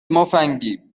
مفنگی